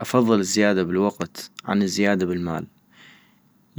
افضل الزيادة بالوقت عن الزيادة بالمال.